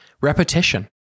repetition